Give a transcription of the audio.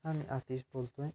हां मी आतिश बोलतो आहे